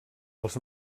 els